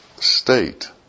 state